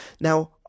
now